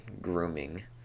grooming